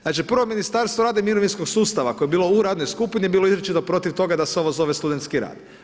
Znači prvo Ministarstvo rada i Mirovinskog sustava koje je bilo u radnoj skupini, bilo je izričito protiv toga da se ovo zove studentski rad.